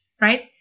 right